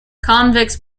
convex